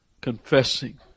confessing